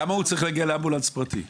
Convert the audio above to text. למה הוא צריך להגיע לאמבולנס פרטי?